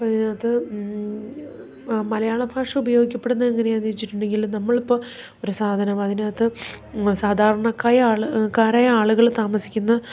അപ്പോൾ അത് മലയാള ഭാഷ ഉപയോഗിക്കപ്പെടുന്നത് എങ്ങനെയെന്നു ചോദിച്ചിട്ടുണ്ടെങ്കിൽ നമ്മളിപ്പോൾ ഒരു സാധനം അതിനകത്ത് സാധാരണക്കാരായ ആൾക്കാരായ ആളുകൾ താമസിക്കുന്ന